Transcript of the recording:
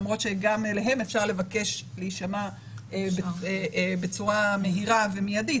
למרות שגם אליהם אפשר לבקש ולהישמע בצורה מהירה ומידית,